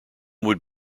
would